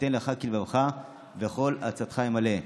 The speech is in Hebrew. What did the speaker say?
יתן לך כלבבך וכל עצתך ימלא.